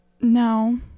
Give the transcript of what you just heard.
No